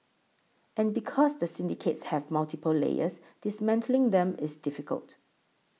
and because the syndicates have multiple layers dismantling them is difficult